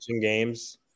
games